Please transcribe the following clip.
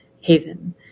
haven